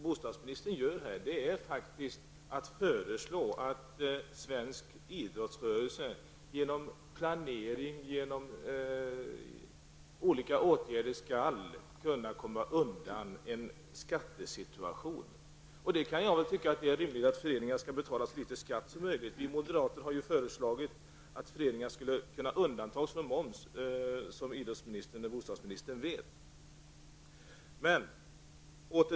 Bostadsministern föreslår att svensk idrottsrörelse med hjälp av planering och andra åtgärder skall kunna komma undan en skattesituation. Jag tycker visserligen att det är rimligt att föreningar betalar så litet skatt som möjligt. Vi moderater har föreslagit att föreningar skall kunna undantas från moms, något bostadsministern vet.